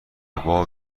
باب